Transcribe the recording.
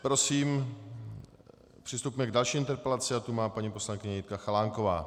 Prosím přistupme k další interpelaci a tu má paní poslankyně Jitka Chalánková.